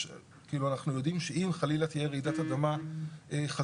אנחנו יודעים שאם חלילה תהיה רעידת אדמה חזקה,